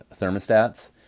thermostats